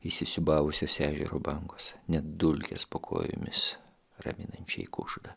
įsisiūbavusios ežero bangos net dulkės po kojomis raminančiai kužda